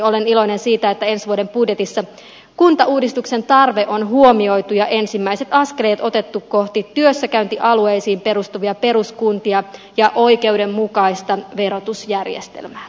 olen iloinen siitä että ensi vuoden budjetissa kuntauudistuksen tarve on huomioitu ja ensimmäiset askeleet otettu kohti työssäkäyntialueisiin perustuvia peruskuntia ja oikeudenmukaista verotusjärjestelmää